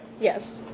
yes